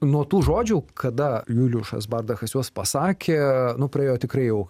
nuo tų žodžių kada juliušas bardachas juos pasakė nu praėjo tikrai jau